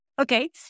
Okay